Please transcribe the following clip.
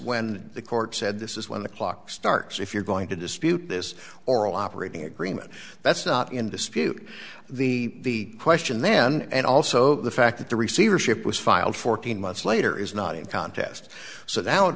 when the court said this is when the clock starts if you're going to dispute this oral operating agreement that's not in dispute the question then and also the fact that the receivership was filed fourteen months later is not in contest so that